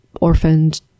orphaned